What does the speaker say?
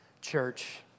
church